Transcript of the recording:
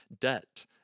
debt